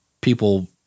people